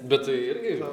bet tai irgi